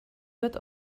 wird